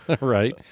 Right